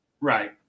Right